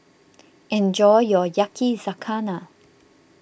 enjoy your Yakizakana